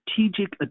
strategic